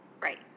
Right